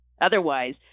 Otherwise